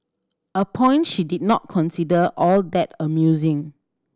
a point she did not consider all that amusing